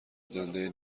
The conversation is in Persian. زنده